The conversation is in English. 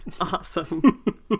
Awesome